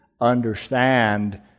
understand